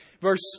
Verse